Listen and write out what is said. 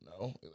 No